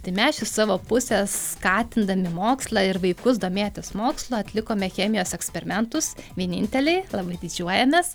tai mes iš savo pusės skatindami mokslą ir vaikus domėtis mokslu atlikome chemijos eksperimentus vieninteliai labai didžiuojamės